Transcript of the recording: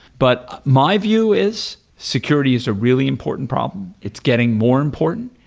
but my view is security is a really important problem. it's getting more important,